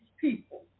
people